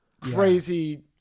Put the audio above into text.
crazy